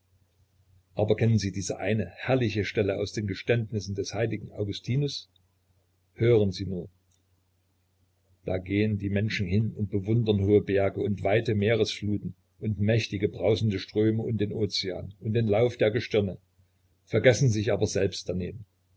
aber kennen sie diese eine herrliche stelle aus den geständnissen des heiligen augustinus hören sie nur da gehen die menschen hin und bewundern hohe berge und weite meeresfluten und mächtig brausende ströme und den ozean und den lauf der gestirne vergessen sich aber selbst daneben